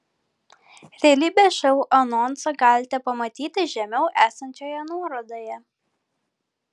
realybės šou anonsą galite pamatyti žemiau esančioje nuorodoje